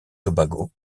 tobago